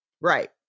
Right